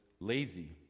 Lazy